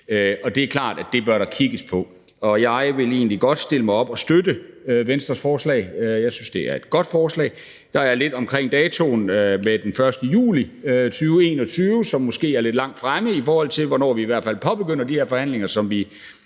Det er klart, at det bør der kigges på, og jeg vil egentlig godt stille mig op og støtte Venstres forslag. Jeg synes, det er et godt forslag. Der er lidt omkring datoen med den 1. juli 2021, som måske er lidt langt fremme, i forhold til hvornår vi i hvert fald påbegynder de her forhandlinger, som vi